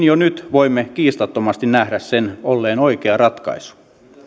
jo nyt voimme kiistattomasti nähdä sen olleen oikea ratkaisu